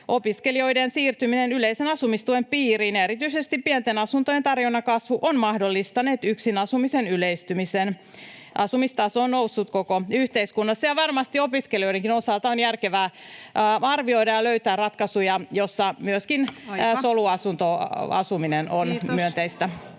Opiskelijoiden siirtyminen yleisen asumistuen piiriin ja erityisesti pienten asuntojen tarjonnan kasvu ovat mahdollistaneet yksin asumisen yleistymisen. Asumistaso on noussut koko yhteiskunnassa, ja varmasti opiskelijoidenkin osalta on järkevää arvioida ja löytää ratkaisuja, joissa myöskin [Puhemies: Aika!] soluasuntoasuminen on myönteistä.